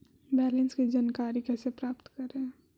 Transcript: Balance की जानकारी कैसे प्राप्त करे?